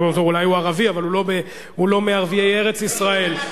אולי הוא ערבי, אבל הוא לא מערביי ארץ-ישראל.